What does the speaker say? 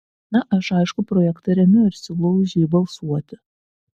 na aš aišku projektą remiu ir siūlau už jį balsuoti